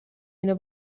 اینو